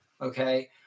Okay